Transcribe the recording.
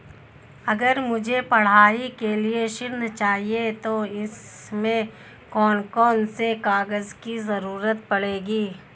अगर मुझे पढ़ाई के लिए ऋण चाहिए तो उसमें कौन कौन से कागजों की जरूरत पड़ेगी?